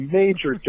major